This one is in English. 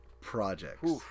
projects